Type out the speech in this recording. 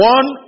One